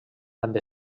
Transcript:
amb